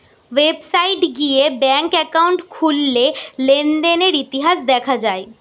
website গিয়ে bank account খুললে লেনদেনের ইতিহাস দেখা যায়